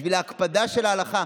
בשביל ההקפדה על ההלכה,